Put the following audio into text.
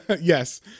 Yes